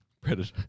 Predator